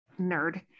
nerd